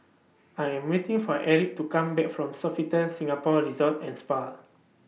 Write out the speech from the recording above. I Am waiting For Erik to Come Back from Sofitel Singapore Resort and Spa